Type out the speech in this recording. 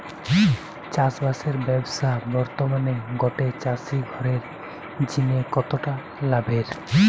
চাষবাসের ব্যাবসা বর্তমানে গটে চাষি ঘরের জিনে কতটা লাভের?